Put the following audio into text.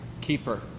keeper